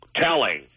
telling